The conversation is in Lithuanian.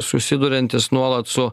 susiduriantis nuolat su